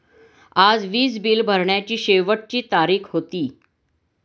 आज वीज बिल भरण्याची शेवटची तारीख होती